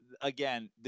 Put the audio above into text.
Again